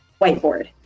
whiteboard